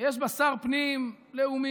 שיש בה שר פנים לאומי,